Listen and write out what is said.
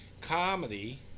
comedy